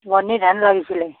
বৰ্নী ধান লাগিছিল